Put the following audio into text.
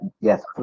Yes